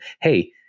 Hey